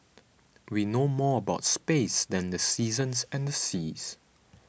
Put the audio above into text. we know more about space than the seasons and the seas